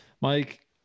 Mike